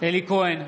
אלי כהן,